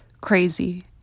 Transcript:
crazy